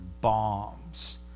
bombs